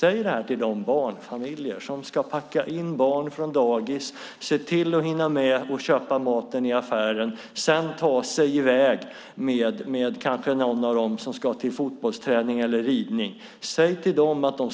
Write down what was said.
Säg till de barnfamiljer som ska packa in barn från dagis, hinna med att köpa mat i affären och sedan kanske ta sig i väg med något av barnen som ska till fotbollsträning eller ridning att de egentligen